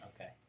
Okay